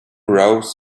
rose